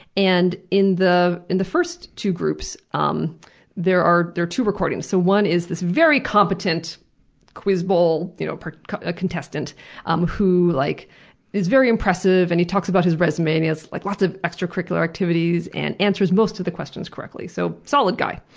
and in the in the first two groups um there are two recordings. so one is this very competent quiz bowl you know ah contestant um who like is very impressive. and he talks about his resume and has like lots of extra-curricular activities and answers most of the questions correctly. so, solid guy.